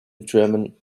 german